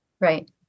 Right